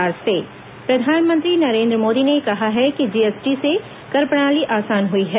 प्रधानमंत्री भेंटवार्ता प्रधानमंत्री नरेन्द्र मोदी ने कहा है कि जीएसटी से कर प्रणाली आसान हुई है